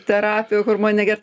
terapiją hormoninę gert